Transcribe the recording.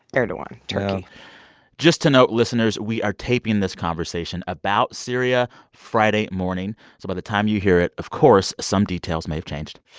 erdogan, turkey just to note, listeners, we are taping this conversation about syria friday morning. so by the time you hear it, of course, some details may have changed.